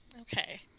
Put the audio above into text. Okay